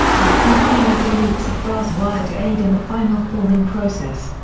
or three coils or loops of brass wire to aid in the final forming process.